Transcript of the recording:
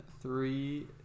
three